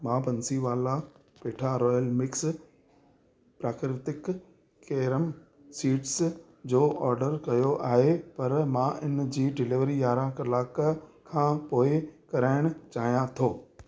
मां Bansiwala petha royal mix प्राकृतिक carom seeds जो ऑडर कयो आहे पर मां इन जी डिलीवरी यांरहं कलाक खां पोइ कराइण चाहियां थो